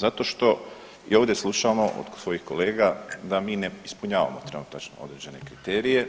Zato što i ovdje slušamo od svojih kolega da mi ne ispunjavamo trenutačno određene kriterije,